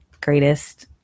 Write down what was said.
greatest